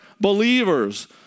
believers